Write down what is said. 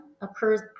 occurs